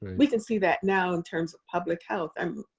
we can see that now in terms of public health. i'm